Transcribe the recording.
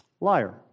Liar